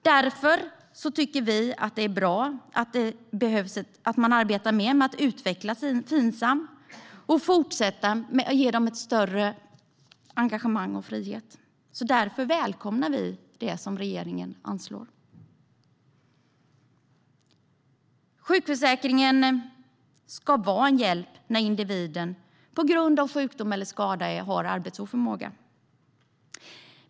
Därför tycker vi att det är bra att man arbetar mer med att utveckla Finsam och fortsätter att ge dem större engagemang och frihet. Därför välkomnar vi det som regeringen anslår. Sjukförsäkringen ska vara en hjälp när individen på grund av sjukdom eller skada har arbetsoförmåga.